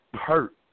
hurt